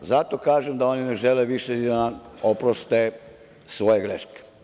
Zato kažem da oni ne žele više ni da nam oproste svoje greške.